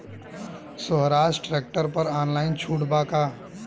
सोहराज tractor पर online छूट बा का?